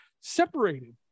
separated